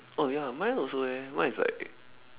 oh ya mine also eh mine is like